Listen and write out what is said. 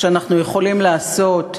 שאנחנו יכולים לעשות,